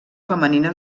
femenina